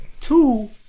Two